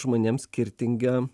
žmonėms skirtinga